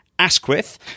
Asquith